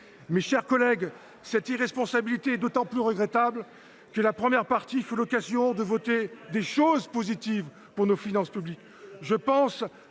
Mes chers collègues, cette irresponsabilité est d’autant plus regrettable que l’examen de la première partie fut l’occasion de voter des dispositions positives pour nos finances publiques.